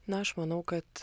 na aš manau kad